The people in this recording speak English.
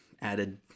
added